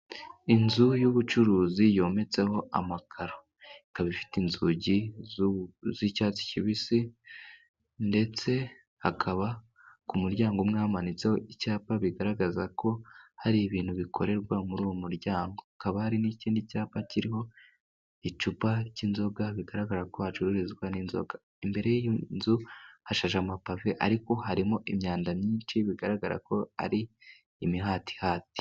Inzu y'ubucuruzi yometseho amakaro ikaba ifite inzugi z'icyatsi kibisi, ndetse hakaba ku muryango umwe hamanitseho icyapa kigaragaza ko hari ibintu bikorerwa muri uwo muryango, hakaba hari n'ikindi cyapa kiriho icupa ry'inzoga bigaragara ko hacururizwa'inzoga. Imbere y'i nzu hashashe amapave ariko harimo imyanda myinshi, bigaragara ko ari imihatihati.